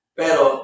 pero